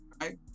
right